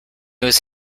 was